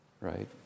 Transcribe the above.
right